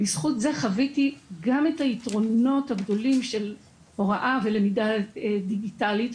בזכות זאת חוויתי גם את היתרונות הגדולים של הוראה ולמידה דיגיטלית,